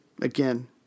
again